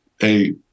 Hey